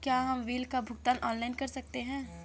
क्या हम बिल का भुगतान ऑनलाइन कर सकते हैं?